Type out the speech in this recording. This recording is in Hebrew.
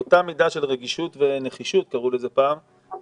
באותה מידה של רגישות ונחישות כלפי